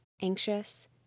anxious